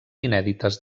inèdites